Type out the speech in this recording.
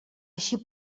així